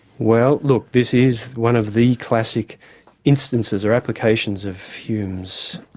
well look, this is one of the classic instances or applications of hume's,